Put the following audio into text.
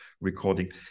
recording